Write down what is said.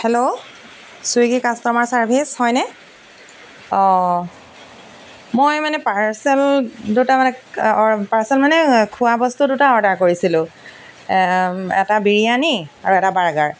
hello Swiggy customer service হয়নে অঁ মই মানে পাৰ্চেল দুটা মানে অ পাৰ্চেল মানে খোৱা বস্তু দুটা অৰ্ডাৰ কৰিছিলোঁ এটা বিৰিয়ানি আৰু এটা বাৰ্গাৰ